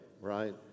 right